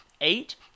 eight